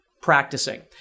practicing